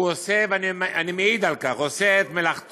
הוא עושה, ואני מעיד על כך, עושה את מלאכתו,